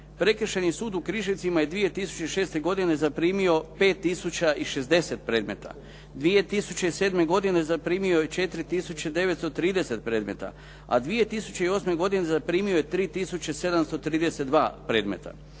Prekršajni sud u Križevcima je 2006. godine zaprimio 5 tisuća i 60 predmeta, 2007. godine zaprimio je 4 tisuće 930 predmeta, a 2008. godine zaprimio je 3 tisuće 732 predmeta.